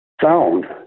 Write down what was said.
sound